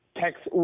text